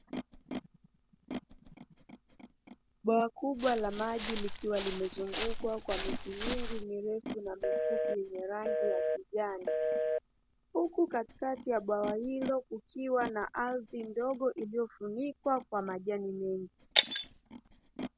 Bwawa kubwa la maji likiwa limezungukwa kwa miti mingi mirefu na mifupi yenye rangi ya kijani huku katikati ya bwawa hilo kukiwa na ardhi ndogo iliyofunikwa kwa majani mengi.